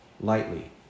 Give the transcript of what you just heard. lightly